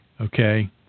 okay